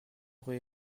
aurait